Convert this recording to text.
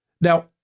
Now